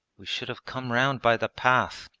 we should have come round by the path.